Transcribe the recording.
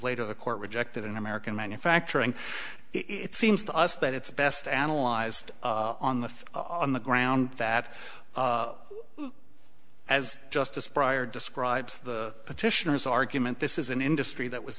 later the court rejected an american manufacturing it seems to us that it's best analyzed on the on the ground that as justice prior describes the petitioners argument this is an industry that was